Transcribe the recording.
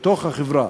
בתוך החברה.